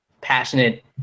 passionate